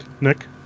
Nick